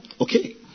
Okay